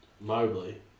Mobley